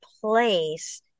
place